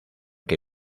que